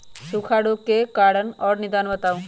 सूखा रोग के कारण और निदान बताऊ?